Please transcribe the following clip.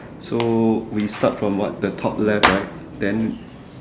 so we start from what the top left right then